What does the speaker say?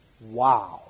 wow